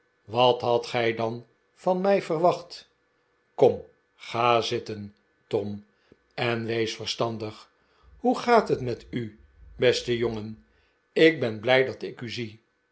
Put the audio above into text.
wat hadt gij dan van mij verwacht kom ga zitten tom en wees verstandig hoe gaat het met u beste jongen ik ben blij dat ik u zie